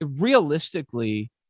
realistically